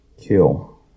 Kill